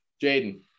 Jaden